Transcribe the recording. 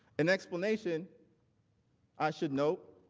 an explanation i should note,